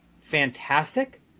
fantastic